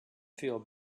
feel